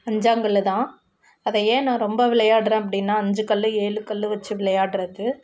அஞ்சாங்கல்லு தான் அதை ஏன் நான் ரொம்ப விளையாடுறேன் அப்படின்னா அஞ்சு கல்லு ஏழு கல்லு வச்சு விளையாடுறது